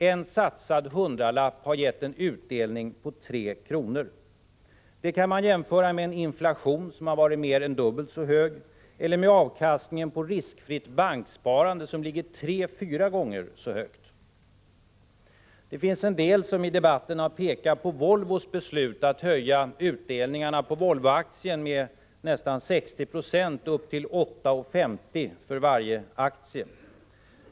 En satsad hundralapp har givit en utdelning på 3 kr. Det kan jämföras med en inflation som har varit mer än dubbelt så hög eller med avkastningen på riskfritt banksparande som har legat tre fyra gånger så högt. En del har i debatten pekat på Volvos beslut att höja utdelningen på Volvoaktien med nästan 60 26 upp till 8:50 för varje aktie.